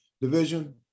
division